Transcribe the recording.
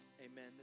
Amen